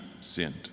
sinned